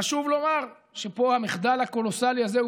חשוב לומר שפה המחדל הקולוסלי הזה הוא